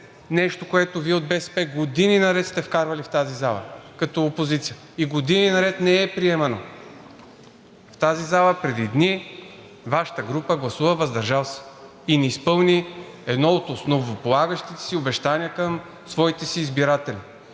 нещо, което Вие от БСП години наред сте вкарвали в тази зала като опозиция и години наред не е приемано. В тази зала преди дни Вашата група гласува въздържал се и не изпълни едно от основополагащите си обещания към своите си избиратели.